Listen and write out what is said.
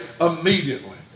immediately